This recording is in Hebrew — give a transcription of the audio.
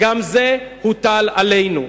גם זה הוטל עלינו.